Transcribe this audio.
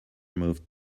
moved